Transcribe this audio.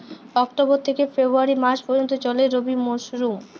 October থেকে February মাস পর্যন্ত চলে রবি মরসুম